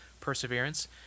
Perseverance